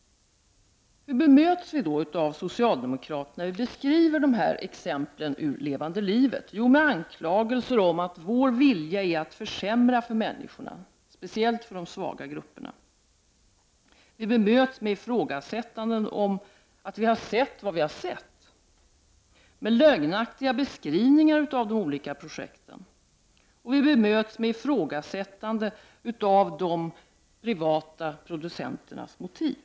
Hur bemöts vi då av socialdemokrater när vi beskriver dessa exempel ur levande livet? Jo, med anklagelser om att vår vilja är att försämra för människorna, speciellt för de svaga grupperna. Vi bemöts med ifrågasättande av om vi har sett vad vi har sett, med lögnaktiga beskrivningar av de olika projekten, med ifrågasättande av de privata producenternas motiv.